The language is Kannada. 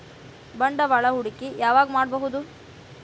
ಬಂಡವಾಳ ಹೂಡಕಿ ಯಾವಾಗ್ ಮಾಡ್ಬಹುದು?